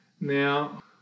now